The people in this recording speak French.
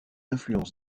influence